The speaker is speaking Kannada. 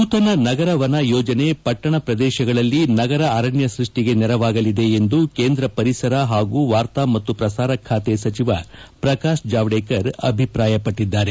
ನೂತನ ನಗರವನ ಯೋಜನೆ ಪಟ್ಟಣ ಪ್ರದೇಶಗಳಲ್ಲಿ ನಗರ ಅರಣ್ಯ ಸೃಷ್ಟಿಗೆ ನೆರವಾಗಲಿದೆ ಎಂದು ಕೇಂದ್ರ ಪರಿಸರ ಹಾಗೂ ವಾರ್ತಾ ಮತ್ತು ಪ್ರಸಾರ ಖಾತೆ ಸಚಿವ ಪ್ರಕಾಶ್ ಜಾವ್ದೇಕರ್ ಅಭಿಪ್ರಾಯಪಟ್ಟದ್ದಾರೆ